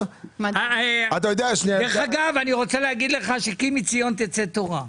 אני רוצה להגיד לך, כי מציון תצא תורה.